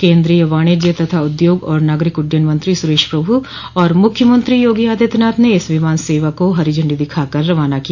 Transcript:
केन्द्रीय वाणिज्य तथा उद्योग और नागरिक उड़डयन मंत्री सुरेश प्रभु और मुख्यमंत्री योगी आदित्यनाथ ने इस विमान सवा को हरी झंडी दिखाकर रवाना किया